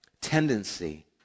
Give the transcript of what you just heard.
tendency